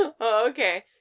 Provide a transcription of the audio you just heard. Okay